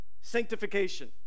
Sanctification